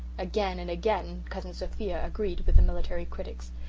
again and again cousin sophia agreed with the military critics.